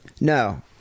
No